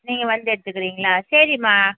நீங்கள் வந்து எடுத்துக்கிறிங்களா சரிம்மா